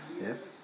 Yes